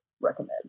recommend